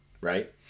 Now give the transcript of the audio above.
right